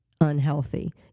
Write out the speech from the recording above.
unhealthy